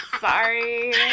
Sorry